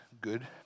good